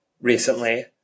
recently